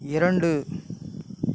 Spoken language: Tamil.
இரண்டு